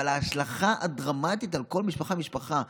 אבל ההשלכה הדרמטית על כל משפחה ומשפחה,